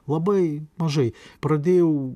labai mažai pradėjau